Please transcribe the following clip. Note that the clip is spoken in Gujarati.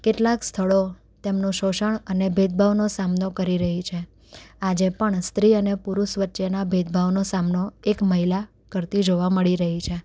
કેટલાક સ્થળો તેમનું શોષણ અને ભેદભાવનો સામનો કરી રહી છે આજે પણ સ્ત્રી અને પુરુષ વચ્ચેના ભેદભાવનો સામનો એક મહિલા કરતી જોવા મળી રહી છે